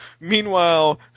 Meanwhile